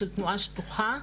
של תנועה שטוחה,